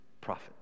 prophet